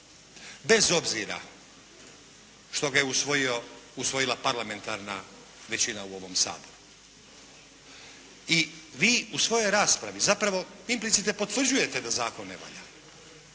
Bez obzira što ga je usvojila parlamentarna većina u ovom Saboru. I vi u svojoj raspravi zapravo implicite potvrđujete da zakon ne valja